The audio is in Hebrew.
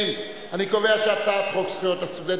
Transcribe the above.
מוצע לתקן את חוק זכויות הסטודנט